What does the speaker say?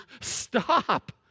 stop